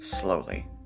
slowly